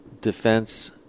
defense